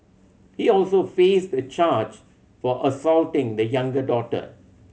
he also faced a charge for assaulting the younger daughter